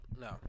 no